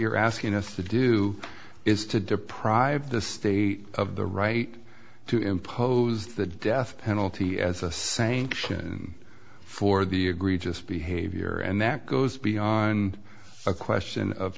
you're asking us to do is to deprive the state of the right to impose the death penalty as a sanction for the egregious behavior and that goes beyond a question of